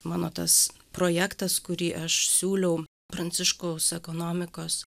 mano tas projektas kurį aš siūliau pranciškaus ekonomikos